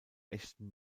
echten